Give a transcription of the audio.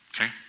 okay